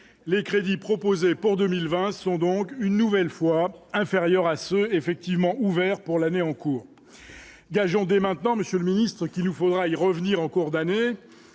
les crédits proposés pour 2020, ce sont donc une nouvelle fois inférieurs à ceux effectivement ouvert pour l'année en cours d'agents dès maintenant, Monsieur le Ministre, qu'il nous faudra y revenir en cours d'année